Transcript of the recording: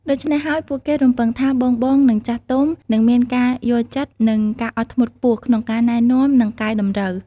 ដូច្នេះហើយពួកគេរំពឹងថាបងៗ និងចាស់ទុំ នឹងមាន ការយល់ចិត្ត និង ការអត់ធ្មត់ខ្ពស់ ក្នុងការណែនាំ និងកែតម្រូវ។